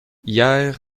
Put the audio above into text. hier